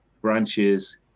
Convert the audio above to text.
branches